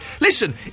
Listen